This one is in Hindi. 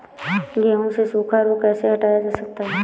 गेहूँ से सूखा रोग कैसे हटाया जा सकता है?